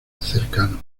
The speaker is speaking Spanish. cercano